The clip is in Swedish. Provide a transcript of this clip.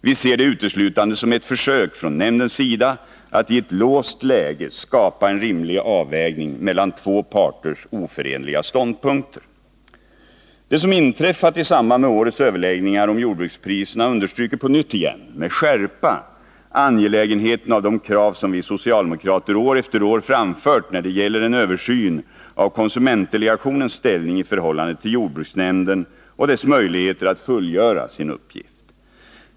Vi ser det uteslutande som ett försök från nämndens sida att i ett låst läge skapa en rimlig avvägning mellan två parters oförenliga ståndpunkter. Det som inträffat i samband med årets överläggningar om jordbrukspriserna understryker på nytt med skärpa angelägenheten av de krav som vi socialdemokrater år efter år har framfört när det gäller en översyn av konsumentdelegationens ställning i förhållande till jordbruksnämnden och dess möjligheter att fullgöra sin uppgift.